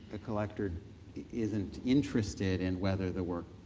collector isn't interested in whether the work,